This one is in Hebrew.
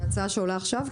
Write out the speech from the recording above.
זו הצעה שעולה עכשיו?